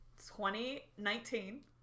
2019